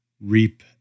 reap